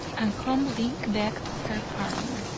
and humbly begged her pardon.